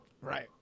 Right